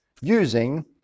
using